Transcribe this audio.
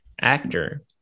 actor